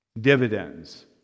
dividends